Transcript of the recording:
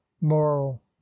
moral